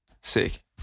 Sick